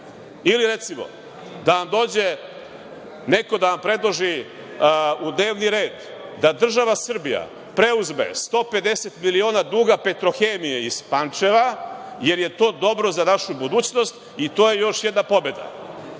recimo, da nam dođe neko da nam predloži u dnevni red da država Srbija preuzme 150 miliona duga „Petrohemije“ iz Pančeva, jer je to dobro za našu budućnost i to je još jedna pobeda.